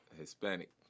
Hispanic